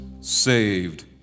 saved